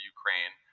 Ukraine